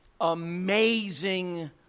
amazing